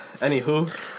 Anywho